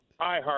iHeart